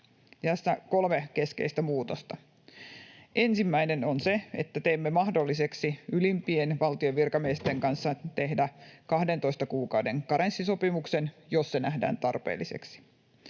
Tässä kolme keskeistä muutosta: Ensimmäinen on se, että teemme mahdolliseksi tehdä ylimpien valtion virkamiesten kanssa 12 kuukauden karenssisopimuksen, jos se nähdään tarpeelliseksi.